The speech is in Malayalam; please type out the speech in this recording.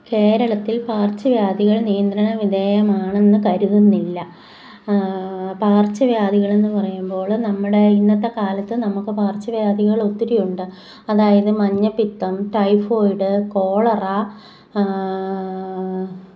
കേരളത്തിൽ പകര്ച്ചവ്യാധികള് നിയന്ത്രണ വിധേയമാണെന്ന് കരുതുന്നില്ല പകര്ച്ചവ്യാധികൾ എന്ന് പറയുമ്പോൾ നമ്മുടെ ഇന്നത്തെ കാലത്ത് നമുക്ക് പകര്ച്ചവ്യാധികൾ ഒത്തിരി ഉണ്ട് അതായത് മഞ്ഞപ്പിത്തം ടൈഫോയിഡ് കോളറ